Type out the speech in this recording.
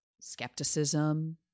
skepticism